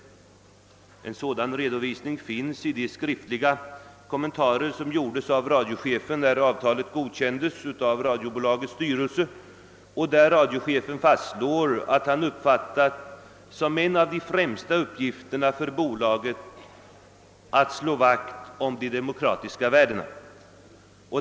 Denna syn återfinns i de skriftliga kommentarer, som gjordes av radiochefen när avtalet godkändes av radiobolagets styrelse och där radiochefen fastslår att en av de främsta uppgifterna för bolaget skall vara att slå vakt om de demokratiska värdena.